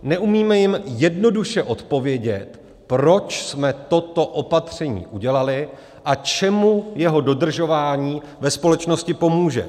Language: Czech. Neumíme jim jednoduše odpovědět, proč jsme toto opatření udělali a čemu jeho dodržování ve společnosti pomůže.